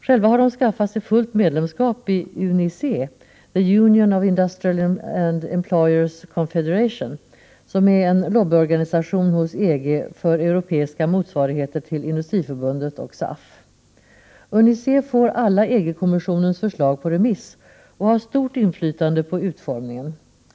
Själv har man skaffat sig fullt medlemskap i UNICE, The Union of Industrial and Employers Confederation, som är en lobbyorganisation hos EG för europeiska motsvarigheter till Industriförbundet och SAF. UNICE får alla EG kommissionens förslag på remiss och har stort inflytande på utformningen.